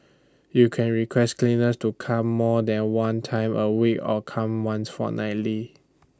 you can request cleaners to come more than one time A week or come once fortnightly